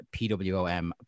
pwom